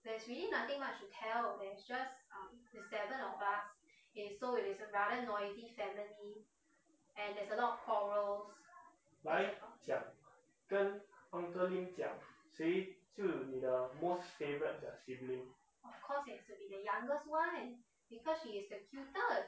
来讲跟 uncle lim 讲谁是你的 most favourite sibling